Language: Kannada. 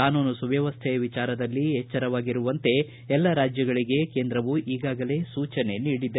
ಕಾನೂನು ಸುವ್ಯವಸ್ಥೆಯ ವಿಚಾರದಲ್ಲಿ ಎಚ್ಚರವಾಗಿರುವಂತೆ ಎಲ್ಲ ರಾಜ್ಯಗಳಿಗೆ ಕೇಂದ್ರವು ಈಗಾಗಲೇ ಸೂಚನೆ ನೀಡಿದೆ